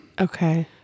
Okay